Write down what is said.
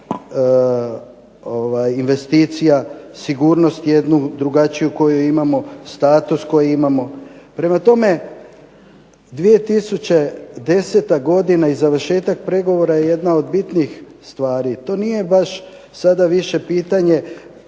investicija, sigurnost jednu drugačiju koju imamo, status koji imamo. Prema tome, 2010. godina i završetak pregovora je jedna od bitnih stvari. To nije baš sada više pitanje